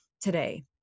today